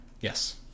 Yes